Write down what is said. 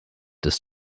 des